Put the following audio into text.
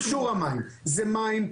אישור המים זה מים,